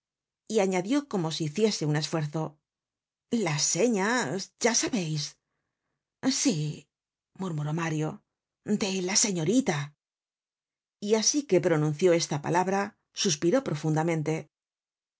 y añadió como si hiciese un esfuerzo las señas ya sabeis sí murmuró mario de la señorita y asi que pronunció esta palabra suspiró profundamente